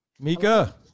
Mika